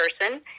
person